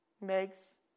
Makes